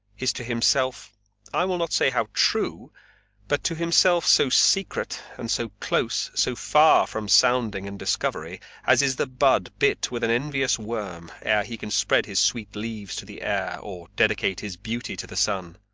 is to himself i will not say how true but to himself so secret and so close, so far from sounding and discovery, as is the bud bit with an envious worm ere he can spread his sweet leaves to the air, or dedicate his beauty to the sun.